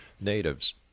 natives